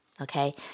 Okay